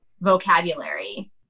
vocabulary